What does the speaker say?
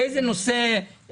לא חשוב באיזה נושא אידיאולוגי,